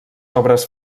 obres